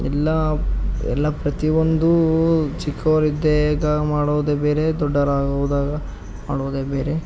ಎಲ್ಲ ಎಲ್ಲ ಪ್ರತಿಯೊಂದು ಚಿಕ್ಕೋವ್ರಿದ್ದೇಗ ಮಾಡೋದೇ ಬೇರೆ ದೊಡ್ಡೋರಾಗೋದಾಗ ಮಾಡೋದೇ ಬೇರೆ